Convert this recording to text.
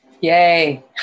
Yay